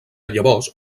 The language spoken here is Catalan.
llavors